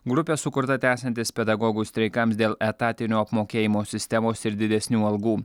grupė sukurta tęsiantis pedagogų streikams dėl etatinio apmokėjimo sistemos ir didesnių algų